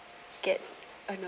get a note